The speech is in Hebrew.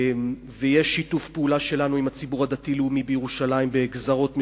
ויש שיתוף פעולה שלנו עם הציבור הדתי-לאומי בירושלים בגזרות מסוימות,